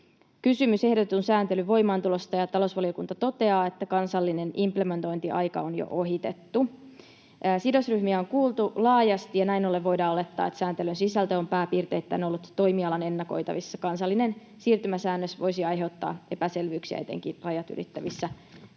kysymys ehdotetun sääntelyn voimaantulosta, ja talousvaliokunta toteaa, että kansallinen implementointiaika on jo ohitettu. Sidosryhmiä on kuultu laajasti ja näin ollen voidaan olettaa, että sääntelyn sisältö on pääpiirteittäin ollut toimialan ennakoitavissa. Kansallinen siirtymäsäännös voisi aiheuttaa epäselvyyksiä etenkin rajat ylittävissä tilanteissa.